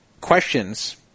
questions